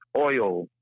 oil